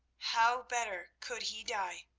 how better could he die,